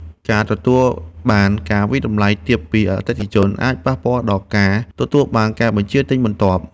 ការទទួលបានការវាយតម្លៃទាបពីអតិថិជន អាចប៉ះពាល់ដល់ការទទួលបានការបញ្ជាទិញបន្ទាប់។